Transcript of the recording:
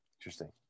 Interesting